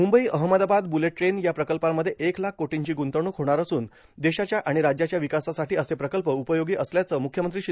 Mumbai Ahmedabad bullet train या प्रकल्पामध्ये एक लाख कोटीची ग्रुंतवणूक होणार असून देशाच्या आणि राज्याच्या विकासासाठी असे प्रकल्प उपयोगी असल्याचं मुख्यमंत्री श्री